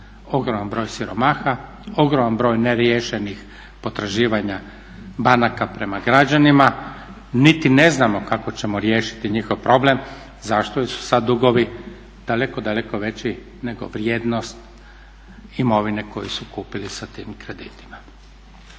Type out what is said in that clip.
Ogroman broj siromaha, ogroman broj neriješenih potraživanja banaka prema građanima, niti ne znamo kako ćemo riješiti njihov problem. Zašto, jer su sad dugovi daleko daleko veći nego vrijednost imovine koju su kupili sa tim kreditima.